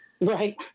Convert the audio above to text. Right